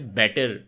better